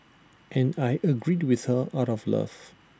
and I agreed with her out of love